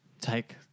take